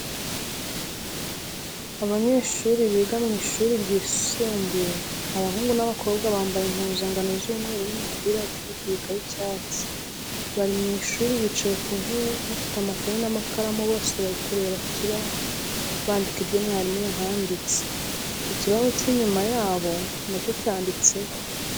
Abanyeshuri biga mu ishuri ryisumbuye, abahungu n'abakobwa bambaye impuzankano z'umweru n'imipira yo kwifubika y'icyatsi bari mu ishuri bicaye ku ntebe bafite amakaye n'amakaramu bose barimo kureba ku kibaho bandika ibyo mwarimu yahanditse, ikibaho cy'inyuma yabo nacyo cyanditseho.